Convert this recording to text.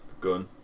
Gun